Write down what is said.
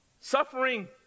Suffering